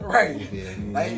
Right